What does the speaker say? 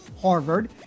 Harvard